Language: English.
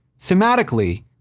Thematically